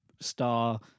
star